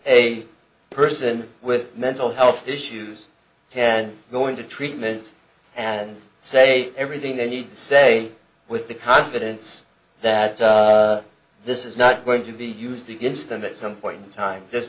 a person with mental health issues ten going to treatment and say everything they need to say with the confidence that this is not going to be used against them at some point in time just